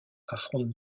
affronte